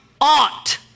aught